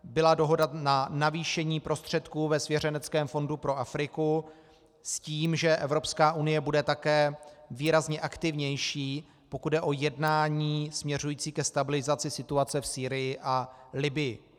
Byla dohoda na navýšení prostředků ve svěřeneckém fondu pro Afriku, s tím že Evropská unie bude také výrazně aktivnější, pokud jde o jednání směřující ke stabilizaci situace v Sýrii a Libyi.